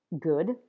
good